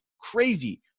crazy